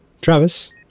Travis